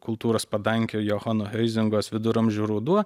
kultūros padangėj johano eizengos viduramžių ruduo